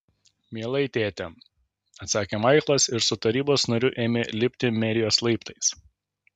mielai tėti atsakė maiklas ir su tarybos nariu ėmė lipti merijos laiptais